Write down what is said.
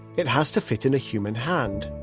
it has to fit in a human hand.